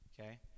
okay